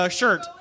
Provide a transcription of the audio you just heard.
shirt